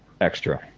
extra